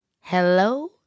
Hello